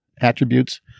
attributes